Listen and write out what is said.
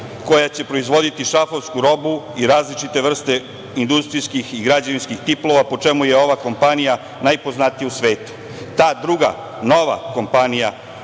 koja će proizvoditi šrafovsku robu i različite vrste industrijskih i građevinskih tiplova, po čemu je ova kompanija najpoznatija u svetu. Ta druga, nova fabrika